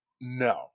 No